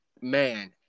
man